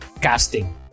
Casting